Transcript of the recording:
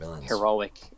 heroic